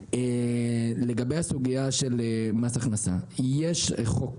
לגבי הסוגייה של מס הכנסה: יש חוק,